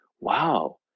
wow